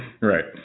Right